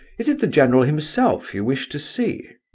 is it the general himself you wish to see?